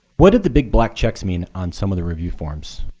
what do the big, black checks mean on some of the review forms?